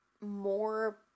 more